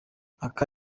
aka